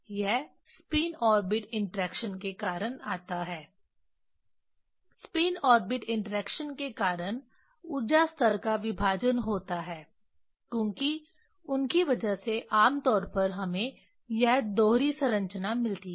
यह spin orbit interaction के कारण आता है स्पिन ऑर्बिट इंटरैक्शन के कारण ऊर्जा स्तर का विभाजन होता है क्योंकि उनकी वजह से आम तौर पर हमें यह दोहरी संरचना मिलती है